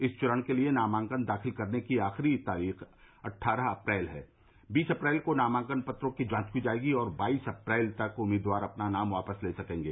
इस चरण के लिये नामांकन दाखिल करने की आखिरी तारीख अट्ठारह अप्रैल है बीस अप्रैल को नामांकन पत्रों की जांच की जायेगी और बाईस अप्रैल तक उम्मीदवार अपना नाम वापस ले सकेंगे